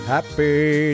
Happy